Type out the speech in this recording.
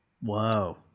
Whoa